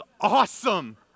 awesome